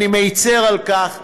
אני מצר על כך.